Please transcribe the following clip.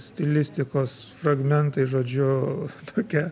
stilistikos fragmentai žodžiu tokia